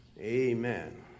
amen